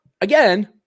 again